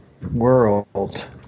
World